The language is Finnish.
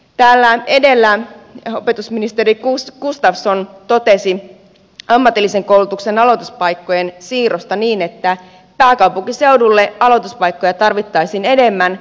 täällä edellä opetusministeri gustafsson totesi ammatillisen koulutuksen aloituspaikkojen siirrosta että pääkaupunkiseudulle aloituspaikkoja tarvittaisiin enemmän